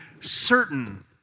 certain